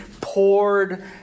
poured